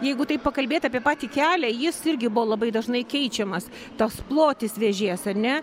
jeigu taip pakalbėt apie patį kelią jis irgi buvo labai dažnai keičiamas tas plotis vėžės ar ne